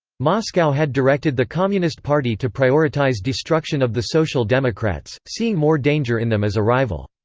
moscow had directed the communist party to prioritise destruction of the social democrats, seeing more danger in them as a rival.